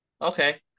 Okay